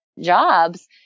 jobs